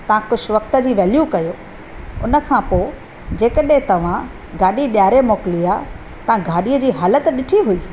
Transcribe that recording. तव्हां कुझु वक़्ति जी वैल्यू कयो हुन खां पोइ जंहिं कॾहिं तव्हां गाॾी ॾियारे मोकिली आहे तव्हां गाॾीअ जी हालति ॾिठी हुई